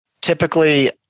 Typically